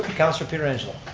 councilor pietrangelo.